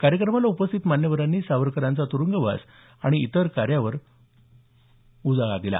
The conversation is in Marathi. कार्यक्रमाला उपस्थित मान्यवरांनी सावरकरांचा तुरुंगवास आणि इतर कार्यावर उजाळा दिला